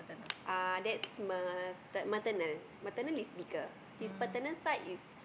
uh that's mater~ maternal maternal is bigger his paternal side is